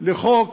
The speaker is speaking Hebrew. לחוק